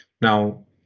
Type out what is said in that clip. Now